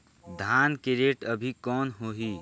धान के रेट अभी कौन होही?